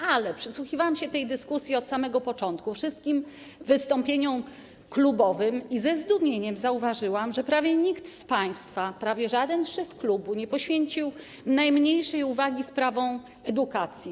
Ale przysłuchiwałam się tej dyskusji od samego początku, wszystkim wystąpieniom klubowym, i ze zdumieniem zauważyłam, że prawie nikt z państwa, prawie żaden szef klubu nie poświęcił najmniejszej uwagi sprawom edukacji.